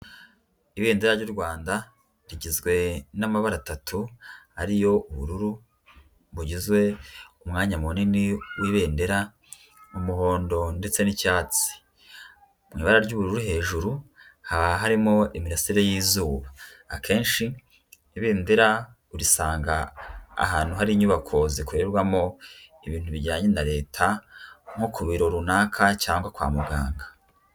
Ibendera ry'u Rwanda rigizwe n'amabara atatu ari yo: ubururu bugize umwanya munini w'ibendera, umuhondo ndetse n'icyatsi. Mu ibara ry'ubururu hejuru haba harimo imirasire y'izuba. Akenshi ibendera urisanga ahantu hari inyubako zikorerwamo ibintu bijyanye na Leta, nko ku biro runaka cyangwa kwa muganga.